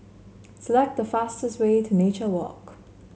select the fastest way to Nature Walk